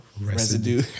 residue